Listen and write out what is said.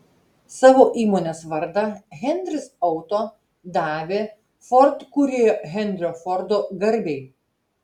savo įmonės vardą henris auto davė ford kūrėjo henrio fordo garbei